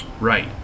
Right